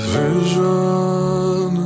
vision